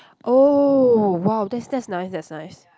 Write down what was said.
oh !wow! that's that's nice that's nice